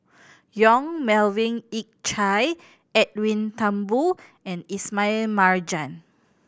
Yong Melvin Yik Chye Edwin Thumboo and Ismail Marjan